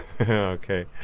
Okay